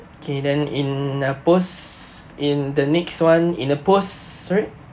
K then in uh post in the next one in the post sorry